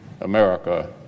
America